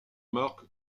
marque